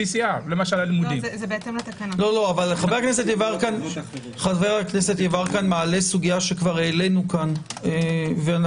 PCR. חבר הכנסת יברקן מעלה סוגיה שהעלינו כאן ואנחנו